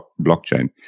blockchain